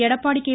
Edappadi K